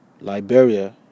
Liberia